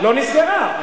לא נסגרה.